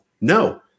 No